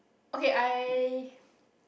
okay I